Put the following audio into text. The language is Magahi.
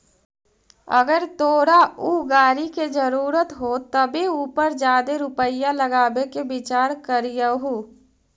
अगर तोरा ऊ गाड़ी के जरूरत हो तबे उ पर जादे रुपईया लगाबे के विचार करीयहूं